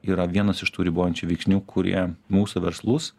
yra vienas iš tų ribojančių veiksnių kurie mūsų verslus